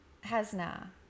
Hasna